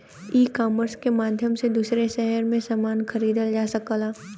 ecommerce के माध्यम से दूसरे शहर से समान खरीदल जा सकला